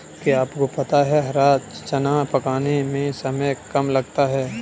क्या आपको पता है हरा चना पकाने में समय कम लगता है?